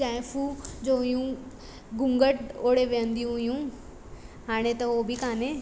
ज़ाइफ़ूं जो हुयूं घूंघट ओड़े वेहंदी हुयूं हाणे त उहो बि कोन्हे